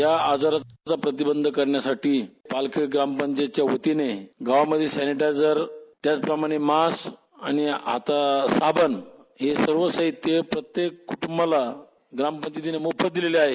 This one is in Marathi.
या आजाराचा प्रतिबंध करण्यासाठी पालखी ग्रामपंचायतच्या वतीने गावांमध्ये सेंटर त्याचप्रमाणे मास आणि आता साबण हे सर्व साहित्य प्रत्येक कुटुंबाला ग्रामपंचायतीने मोफत दिले आहे